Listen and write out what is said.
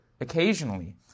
occasionally